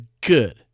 good